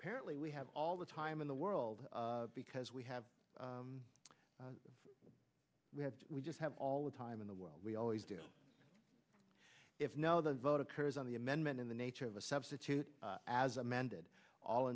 apparently we have all the time in the world because we have we have we just have all the time in the world we always do if no the vote occurs on the amendment in the nature of a substitute as amended all